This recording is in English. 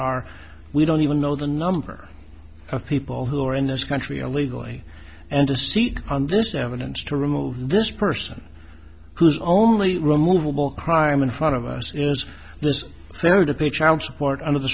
are we don't even know the number of people who are in this country illegally and a seat on this evidence to remove this person whose only removable crime in front of us is this third of a child support under the